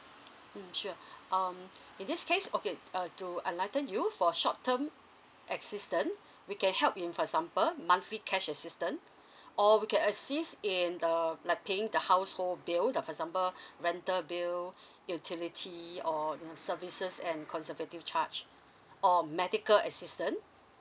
mm sure um in this case okay uh to enlighten you for short term assistant we can help you for example monthly cash assistant or we can assist in the like paying the household bill the for example rental bill utility or you know services and conservative charge or medical assistant